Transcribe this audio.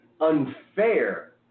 unfair